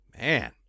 Man